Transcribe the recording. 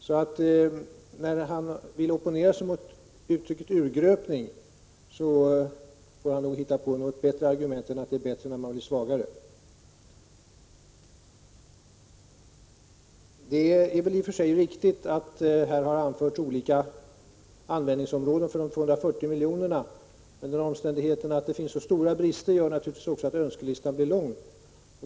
När Olle Göransson vill opponera sig mot uttrycket urgröpning får han nog hitta på något bättre argument än att det är bättre när man blir svagare. Det är väl i och för sig riktigt att det här har anförts olika användningsområden för de 240 miljonerna. Den omständigheten att det finns så stora brister gör naturligtvis att önskelistan blir lång.